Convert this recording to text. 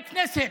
יא ד"ר מנסור,